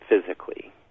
physically